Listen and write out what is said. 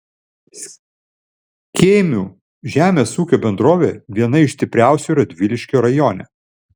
skėmių žemės ūkio bendrovė viena iš stipriausių radviliškio rajone